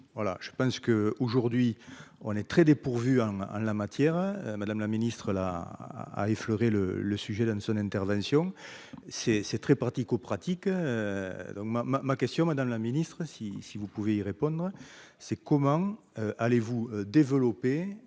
je pense que, aujourd'hui, on est très dépourvu en la matière, Madame la Ministre là a effleuré le le sujet dans son intervention, c'est c'est très pratico-pratique donc ma ma ma question, Madame la Ministre, si si, vous pouvez y répondre c'est comment allez vous développer